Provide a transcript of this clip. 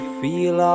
feel